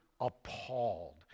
appalled